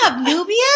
nubia